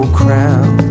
crown